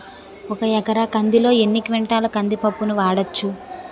ఒక ఎకర కందిలో ఎన్ని క్వింటాల కంది పప్పును వాడచ్చు?